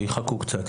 שיחכו קצת,